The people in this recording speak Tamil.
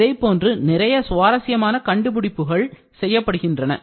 இதைப்போன்று நிறைய சுவாரசியமான கண்டுபிடிப்புகள் செய்யப்படுகின்றன